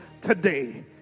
today